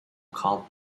called